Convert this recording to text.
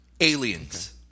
Aliens